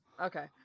Okay